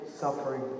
suffering